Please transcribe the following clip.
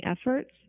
efforts